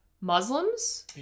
muslims